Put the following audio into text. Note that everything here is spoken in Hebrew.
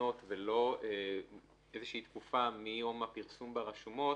בתקנות ולא איזושהי תקופה מיום הפרסום ברשומות,